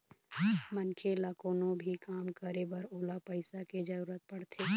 मनखे ल कोनो भी काम करे बर ओला पइसा के जरुरत पड़थे